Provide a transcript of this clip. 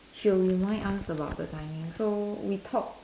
she'll remind us about the timing so we talk